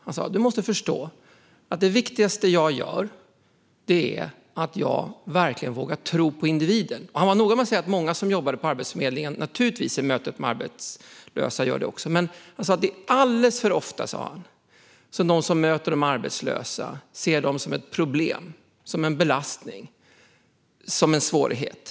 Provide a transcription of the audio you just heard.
Han sa: Martin, du måste förstå att det viktigaste jag gör är att jag verkligen vågar tro på individen. Han var noga med att säga att många som jobbar på Arbetsförmedlingen också vågar tro på individen i mötet med arbetslösa, men han sa att det är alldeles för vanligt att de som möter de arbetslösa ser dem som ett problem, en belastning och en svårighet.